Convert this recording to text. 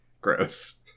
Gross